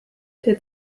der